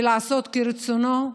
ולעשות כרצונו,